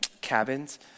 cabins